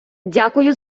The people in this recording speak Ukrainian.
дякую